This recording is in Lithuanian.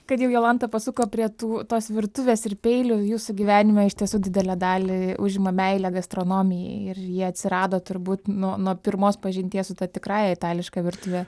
kad jau jolanta pasuko prie tų tos virtuvės ir peilių jūsų gyvenime iš tiesų didelę dalį užima meilė gastronomijai ir ji atsirado turbūt nuo nuo pirmos pažinties su ta tikrąja itališka virtuve